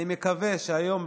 אני מקווה שהיום,